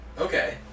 Okay